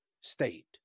state